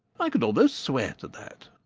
i could almost swear to that.